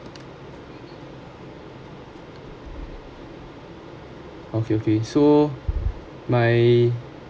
okay okay so my